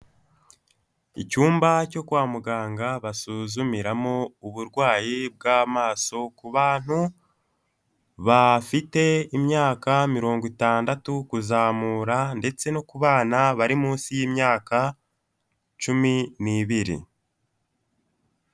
Icyumba cyo kwa muganga basuzumiramo uburwayi bw'amaso ku bantu bafite imyaka mirongo itandatu kuzamura ndetse no ku bana bari munsi y'imyaka cumi n'ibiri.